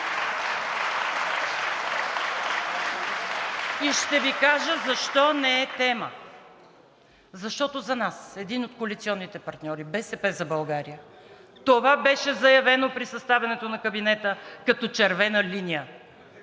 И ще Ви кажа защо не е тема! Защото за нас, един от коалиционните партньори – „БСП за България“, това беше заявено при съставянето на кабинета като червена линия